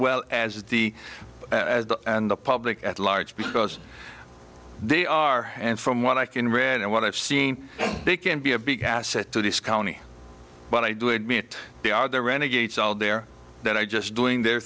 well as the the public at large because they are and from what i can read and what i've seen they can be a big asset to this county but i do admit they are the renegades all there that i just doing their